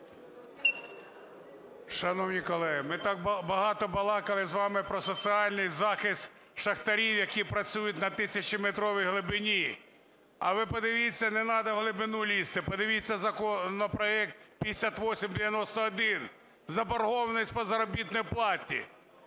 Шановні колеги, ми так багато балакали з вами про соціальний захист шахтарів, які працюють на 1000-метровій глибині. А ви подивіться, не треба в глибину лізти, подивіться законопроект 5891 – заборгованість по заробітній платі.